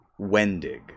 Wendig